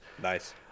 nice